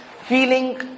feeling